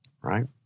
right